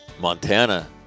Montana